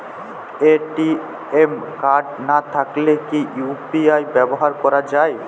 ATM card না থাকলে কি ইউ.পি.আই ব্যবহার করা য়ায়?